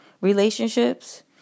relationships